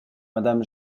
madame